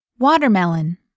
Watermelon